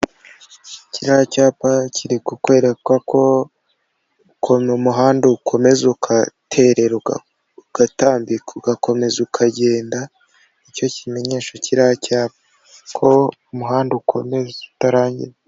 Kiriya cyapa kiri kukwereka ko, ukuntu umuhanda ukomeza ugatererwa ugatambika ugakomeza ukagenda, ni cyo kimenyesha kiriya cyapa ko umuhanda ukomeza utarangira.